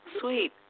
Sweet